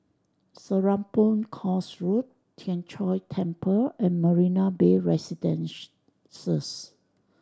Serapong Course Road Tien Chor Temple and Marina Bay Residences